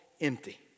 empty